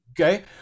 Okay